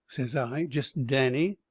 says i, jest danny.